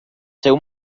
seu